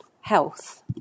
health